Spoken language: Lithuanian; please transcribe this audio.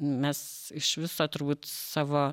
mes iš viso turbūt savo